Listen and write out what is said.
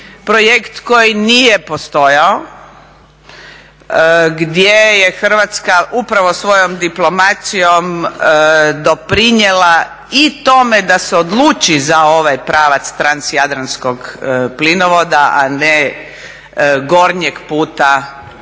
projekt koji nije postojao, gdje je Hrvatska upravo svojom diplomacijom doprinijela i tome da se odluči za ovaj pravac transjadranskog plinovoda a ne gornjeg puta kroz